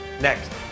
next